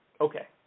Okay